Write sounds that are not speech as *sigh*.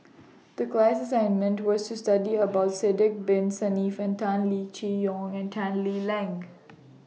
The class assignment was to study about Sidek Bin Saniff Tan Lee *unintelligible* Yoke and Tan Lee Leng